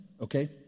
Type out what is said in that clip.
okay